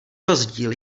rozdíl